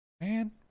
man